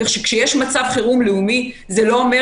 כך שכשיש מצב חירום לאומי זה לא אומר